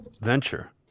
venture